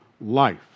life